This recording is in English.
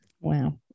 Wow